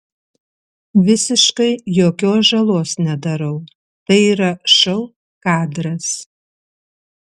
visiškai jokios žalos nedarau tai yra šou kadras